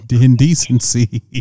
indecency